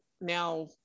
now